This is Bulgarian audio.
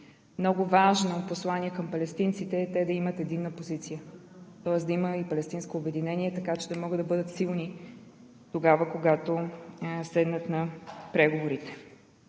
Много важно послание към палестинците е: да имат единна позиция, тоест да има палестинско обединение, така че да могат да бъдат силни тогава, когато седнат на преговорите.